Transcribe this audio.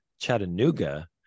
Chattanooga